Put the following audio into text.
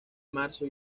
marzo